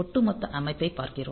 ஒட்டுமொத்த அமைப்பைப் பார்க்கிறோம்